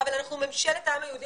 אבל אנחנו ממשלת העם היהודי,